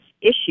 issue